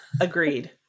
Agreed